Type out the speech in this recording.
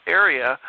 area